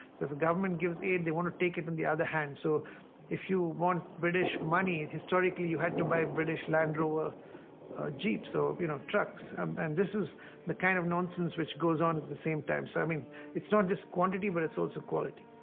if a government gives aid they want to take it in the other hand so if you want british money historically, you had to buy british land rover jeeps or you know, trucks and and this the kind of nonsense which goes on at the same time, so i mean its not just quantity but its also quality.